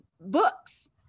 books